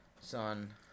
son